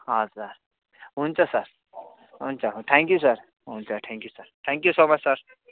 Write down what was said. हवस् सर हुन्छ सर हुन्छ थ्याङ्क यू सर हुन्छ thank you thank you so much sir